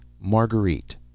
Marguerite